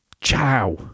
ciao